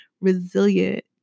resilient